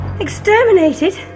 Exterminated